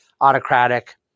autocratic